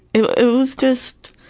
it was just,